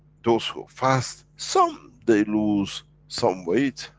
those who fast, some they lose some weight,